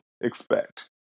expect